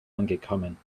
angekommen